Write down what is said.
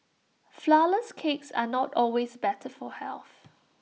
Flourless Cakes are not always better for health